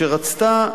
שרצתה